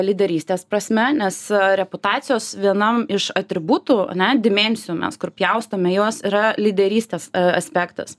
lyderystės prasme nes reputacijos vienam iš atributų ane dimensijų mes kur pjaustome juos yra lyderystės aspektas